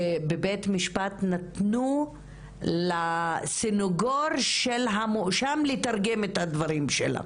ובבית המשפט נתנו לסנגור של הנאשם לתרגם את הדברים שלה.